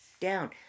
down